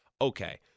Okay